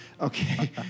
Okay